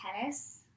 Tennis